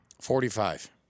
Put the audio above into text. Forty-five